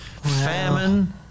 famine